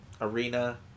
Arena